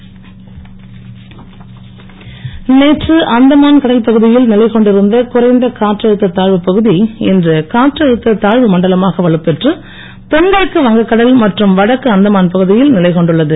மழை நேற்று அந்தமான் கடல் பகுதியில் நிலை கொண்டிருந்த குறைந்த காற்றழுத்த தாழ்வுப் பகுதி இன்று காற்றழுத்த தாழ்வு மண்டலமாக வலுப்பெற்று தென்கிழக்கு வங்ககடல் மற்றும் வடக்கு அந்தமான் பகுதியில் நிலை கொண்டுள்ளது